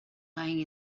lying